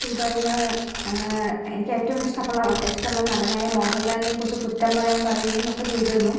തുടർന്ന് എനിക്കേറ്റവും ഇഷ്ടപുള്ള ഇഷ്ടമുള്ള നടനായ മോഹൻലാലിനെ കുറിച്ച് കുറ്റം പറയാൻ പറയുകയും ഒക്കെ ചെയ്തിരുന്നു